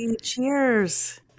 Cheers